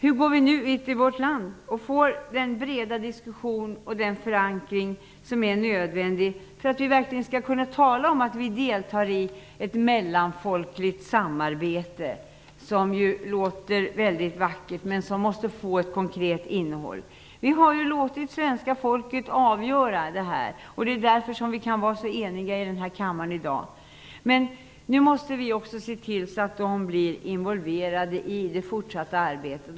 Hur går vi nu ut i vårt land och får i gång den breda diskussion och den förankring som är nödvändig för att vi verkligen skall kunna tala om att vi deltar i ett mellanfolkligt samarbete? Det låter väldigt vackert, men det måste få ett konkret innehåll. Vi har ju låtit svenska folket avgöra frågan, och det är därför vi kan vara så eniga i kammaren i dag. Nu måste vi också se till så att folket blir involverat i det fortsatta arbetet.